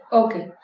okay